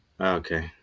Okay